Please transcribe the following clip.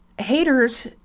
haters